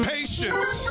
Patience